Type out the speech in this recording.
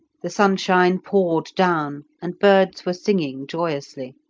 the sunshine poured down, and birds were singing joyously.